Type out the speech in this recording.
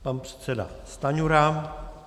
Pan předseda Stanjura.